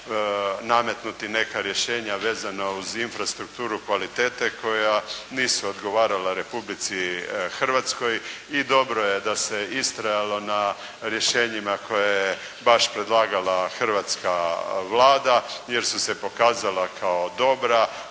nametnuti neka rješenja vezano uz infrastrukturu kvalitete koja nisu odgovarala Republici Hrvatskoj i dobro je da se ustrajalo na rješenjima koja je baš predlagala hrvatska Vlada jer su se pokazala kao dobra,